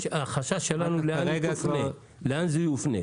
השאלה לאן זה יופנה.